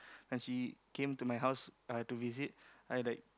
and she came she came to my house to visit I like